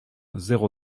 zéro